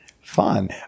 fun